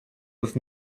with